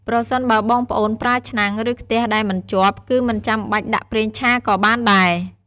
ប្រសិនបើបងប្អូន ប្រើឆ្នាំង ឬ ខ្ទិះដែលមិនជាប់ គឺមិនចាំបាច់ដាក់ប្រេងឆាក៏បានដែរ។